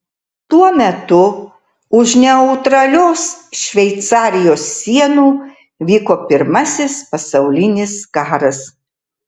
tuo metu už neutralios šveicarijos sienų vyko pirmasis pasaulinis karas